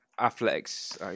athletics